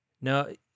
No